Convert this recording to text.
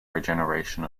regeneration